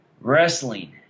Wrestling